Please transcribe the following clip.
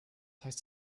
heißt